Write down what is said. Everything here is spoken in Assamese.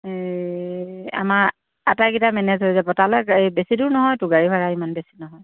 এই আমাৰ আটাইকেইটা মেনেজ হৈ যাব তালে এই বেছিও নহয়তো গাড়ী ভাড়া ইমান বেছি নহয়